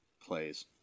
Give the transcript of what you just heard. plays